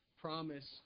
promise